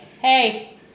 Hey